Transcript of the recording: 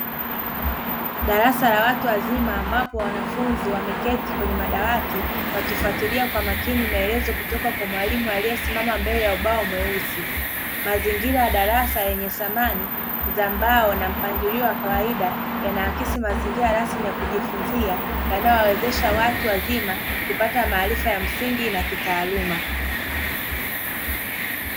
Darasa la watu wazima ambapo wanafunzi wameketi kwenye madawati, wakifuatilia kwa makini maelezo kutoka kwa mwalimu aliyesimama mbele ya ubao mweusi. Mazingira ya darasa yenye samani za mbao na mpangilio wa kawaida, yanaakisi mazingira rasmi ya kujifunzia yanayowawezesha watu wazima kupata maarifa ya msingi na kitaaluma.